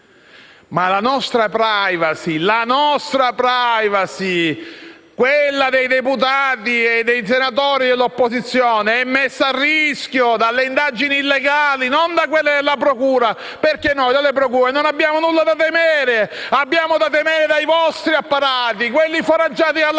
Ma la nostra *privacy*, quella dei deputati e dei senatori dell'opposizione, è messa a rischio dalle indagini illegali e non da quelle della procura, perché noi dalle procure non abbiamo nulla da temere. Abbiamo da temere dai vostri apparati, quelli foraggiati dalla